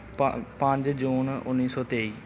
ਪੰ ਪੰਜ ਜੂਨ ਉੱਨੀ ਸੌ ਤੇਈ